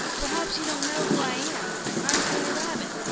perhaps you don't know who i am. i'm peter rabbit,